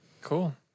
Cool